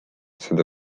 seda